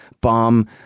bomb